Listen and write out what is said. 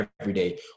everyday